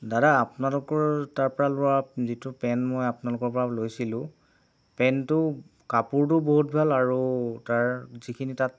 দাদা আপোনালোকৰ তাৰ পৰা লোৱা যিটো পেণ্ট মই আপোনালোকৰ পৰা লৈছিলোঁ পেণ্টটো কাপোৰটো বহুত ভাল আৰু তাৰ যিখিনি তাত